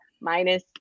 minus